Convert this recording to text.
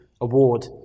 award